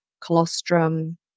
colostrum